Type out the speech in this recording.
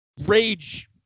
rage